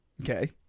Okay